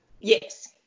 Yes